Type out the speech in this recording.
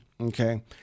Okay